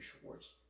Schwartz